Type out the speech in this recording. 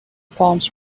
palms